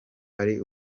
ari